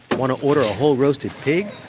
want to order a whole roasted pig?